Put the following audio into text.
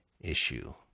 issue